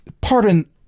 Pardon